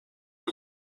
کند